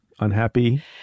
unhappy